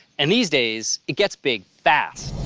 and these days, it gets big fast.